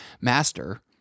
Master